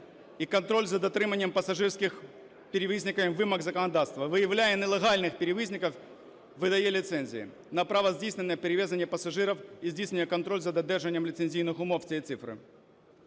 і контроль за дотриманням пасажирських… перевізниками вимог законодавства, виявляє нелегальних перевізників, видає ліцензії на право здійснення перевезення пасажирів і здійснює контроль за додержанням ліцензійних умов … На